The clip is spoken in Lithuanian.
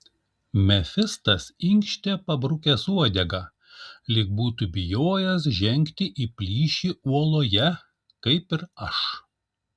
mefistas inkštė pabrukęs uodegą lyg būtų bijojęs žengti į plyšį uoloje kaip ir aš